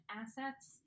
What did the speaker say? assets